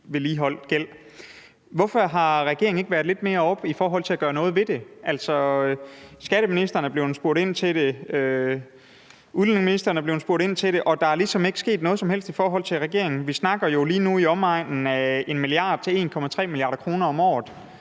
Hvorfor har regeringen ikke været lidt mere obs på at gøre noget ved det? Skatteministeren er blevet spurgt ind til det, udenrigsministeren er blevet spurgt ind til det, og der er ligesom ikke sket noget som helst fra regeringens side. Vi snakker jo lige nu om i omegnen af 1-1,3 mia. kr. i su-gæld om året;